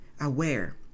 aware